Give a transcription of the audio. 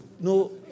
no